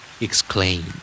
Exclaim